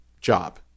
job